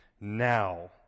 now